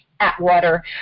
Atwater